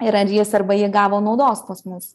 ir ar jis arba ji gavo naudos pas mus